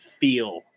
feel